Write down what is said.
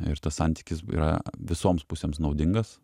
ir tas santykis yra visoms pusėms naudingas